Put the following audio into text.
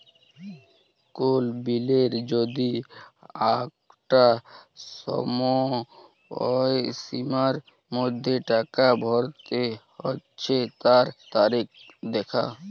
কোল বিলের যদি আঁকটা সময়সীমার মধ্যে টাকা ভরতে হচ্যে তার তারিখ দ্যাখা